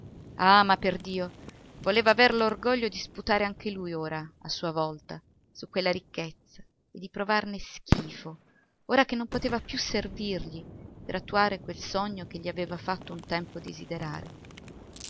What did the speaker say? ah ma perdio voleva aver l'orgoglio di sputare anche lui ora a sua volta su quella ricchezza e di provarne schifo ora che non poteva più servirgli per attuare quel sogno che gliel'aveva fatto un tempo desiderare